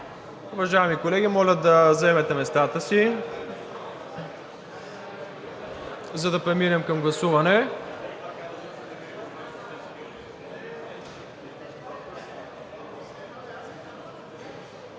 моля Ви да заемете местата си, за да преминем към гласуване